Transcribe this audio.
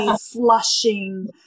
flushing